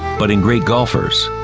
but in great golfers,